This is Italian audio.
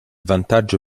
vantaggio